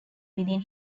within